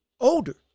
older